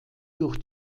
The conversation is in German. durch